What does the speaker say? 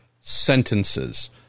sentences